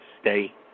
Stay